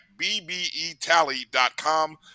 bbetally.com